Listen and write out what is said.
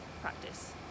practice